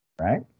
right